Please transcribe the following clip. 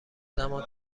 زمان